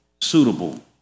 suitable